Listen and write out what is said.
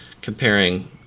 comparing